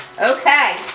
Okay